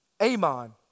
Amon